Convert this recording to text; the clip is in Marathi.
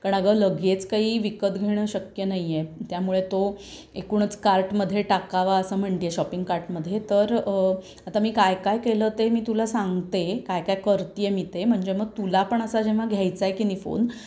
कारण अगं लगेच काही विकत घेणं शक्य नाही आहे त्यामुळे तो एकूणच कार्टमध्ये टाकावा असं म्हणते शॉपिंग कार्टमध्ये तर आता मी काय काय केलं ते मी तुला सांगते काय काय करते आहे मी ते म्हणजे मग तुला पण असा जेव्हा मग घ्यायचा आहे की नाही फोन